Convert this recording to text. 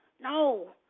No